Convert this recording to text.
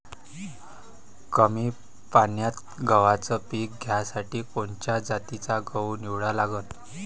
कमी पान्यात गव्हाचं पीक घ्यासाठी कोनच्या जातीचा गहू निवडा लागन?